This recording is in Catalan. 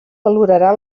valorarà